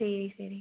சரி சரி